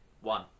One